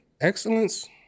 excellence